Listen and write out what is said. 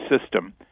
system